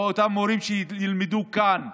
או את המורים שילמדו כאן,